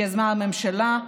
שיזמה הממשלה.